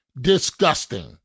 Disgusting